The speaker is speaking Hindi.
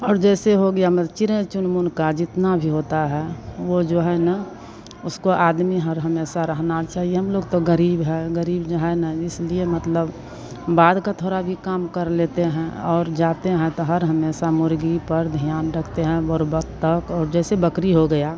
और जैसे हो गया मत चीड़ें चुनमुन का जितना भी होता है वह जो है न उसको आदमी हर हमेशा रहना चाहिए हम लोग तो गरीब हैं गरीब जो हैं न इसलिए मतलब बाद का थोड़ा भी काम कर लेते हैं और जाते हैं तो हर हमेशा मुर्गी पर ध्यान रखते हैं मोर बत्तख और जैसे बकरी हो गया